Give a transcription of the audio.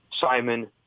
Simon